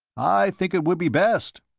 i think it would be best.